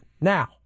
Now